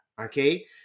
okay